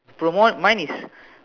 promote mine is